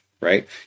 right